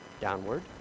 Downward